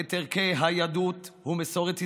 את ערכי היהדות ומסורת ישראל,